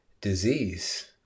disease